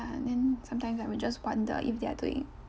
and then sometimes I will just wonder if they're doing